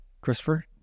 Christopher